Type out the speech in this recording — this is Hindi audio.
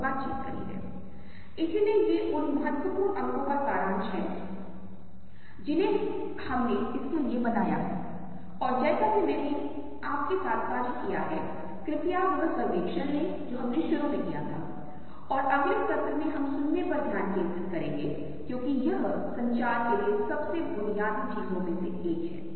और मुझे आशा है कि ये पाठ किसी समय दृश्य का उपयोग करके बेहतर संचार रणनीतियों को विकसित करने में आपकी मदद करेंगे क्योंकि अब आप दृश्य संस्कृति के साथ साथ दृश्य को कैसे लागू करें रोजमर्रा की जिंदगी के विभिन्न पहलुओं में दोनों को जानते हैं